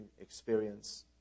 experience